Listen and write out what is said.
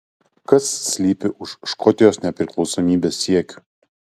kas slypi už škotijos nepriklausomybės siekių